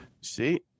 See